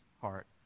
heart